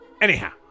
Anyhow